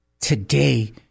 today